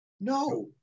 No